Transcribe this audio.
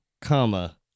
comma